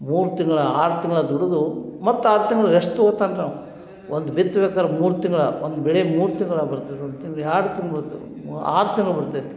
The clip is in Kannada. ಮೂರು ತಿಂಗ್ಳು ಆರು ತಿಂಗ್ಳು ದುಡಿದು ಮತ್ತು ಆರ್ ತಿಂಗ್ಳು ರೆಸ್ಟ್ ತಗೊತಾನ್ರೀ ಅವ ಒಂದು ಬಿತ್ಬೇಕಾದ್ರೆ ಮೂರು ತಿಂಗ್ಳು ಒಂದು ಬೆಳೆ ಮೂರು ತಿಂಗ್ಳು ಬರ್ತದೆ ಒಂದು ತಿಂಗ್ಳು ಎರಡು ತಿಂಗ್ಳು ಬರ್ತದೆ ಮ ಆರು ತಿಂಗ್ಳು ಬರ್ತೈತಿ